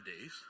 days